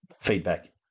feedback